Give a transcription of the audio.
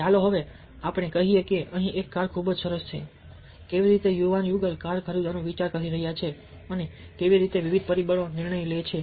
ચાલો આપણે કહીએ કે અહીં એક કાર ખૂબ જ સરસ છે કેવી રીતે યુવાન યુગલ કાર ખરીદવાનું વિચારી રહ્યા છે અને કેવી રીતે વિવિધ પરિબળો નિર્ણય લે છે